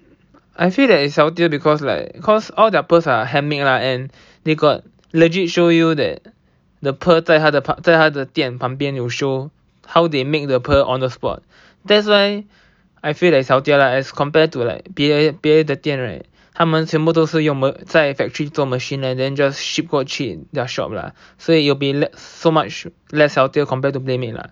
I feel that it's healthier because like cause all their pearls are handmade lah and they got legit show you that the pearl 在他的 park 在他的店旁边有 show how they make the pearl on the spot that's why I feel that it's healthier lah as compared to like 别别的店 right 他们全部都是要么在 factory 做 machine and then just ship 过去 their shop lah 所以 you'll be left so much less healthier compared to Playmade lah